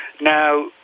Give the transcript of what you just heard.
Now